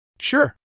Sure